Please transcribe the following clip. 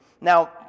Now